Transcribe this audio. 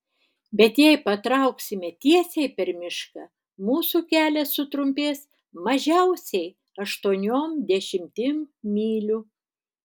bet jei patrauksime tiesiai per mišką mūsų kelias sutrumpės mažiausiai aštuoniom dešimtim mylių